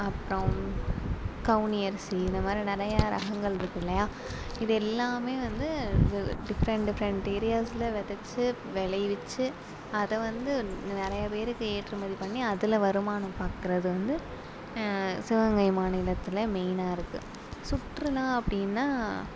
அப்புறோம் கவுனி அரிசி இந்த மாதிரி நிறைய ரகங்கள் இருக்கு இல்லையா இது எல்லாமே வந்து டிஃப்ரெண்ட் டிஃப்ரெண்ட்டு ஏரியாஸில் விதச்சி விளைய வச்சி அதை வந்து நிறையா பேருக்கு ஏற்றுமதி பண்ணி அதில் வருமானம் பார்க்கறது வந்து சிவகங்கை மாநிலத்தில் மெயின்னாக இருக்கு சுற்றுலா அப்படின்னா